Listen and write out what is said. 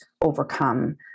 overcome